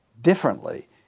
differently